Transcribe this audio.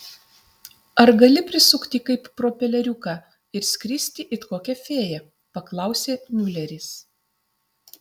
ar gali prisukti kaip propeleriuką ir skristi it kokia fėja paklausė miuleris